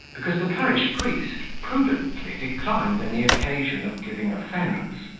because the parish priest prudently declined any occasion of giving offence,